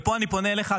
פה אני פונה אליך,